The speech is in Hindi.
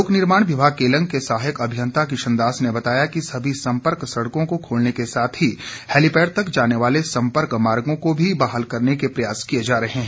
लोक निर्माण विभाग केलंग के सहायक अभियंता किशन दास ने बताया कि सभी संपर्क सड़कों को खोलने के साथ ही हैलीपैड तक जाने वाले संपर्क मार्गो को भी बहाल करने के प्रयास किए जा रहे हैं